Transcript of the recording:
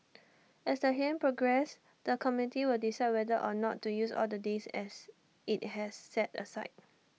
as the hearings progress the committee will decide whether or not to use all the days as IT has set aside